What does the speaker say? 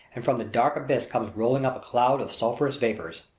and from the dark abyss comes rolling up a cloud of sulphurous vapors.